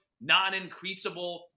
non-increasable